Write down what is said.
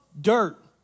dirt